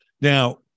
Now